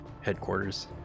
headquarters